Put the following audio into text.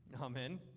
Amen